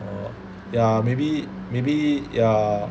orh ya maybe maybe ya